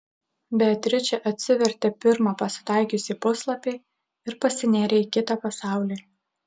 beatričė atsivertė pirmą pasitaikiusį puslapį ir pasinėrė į kitą pasaulį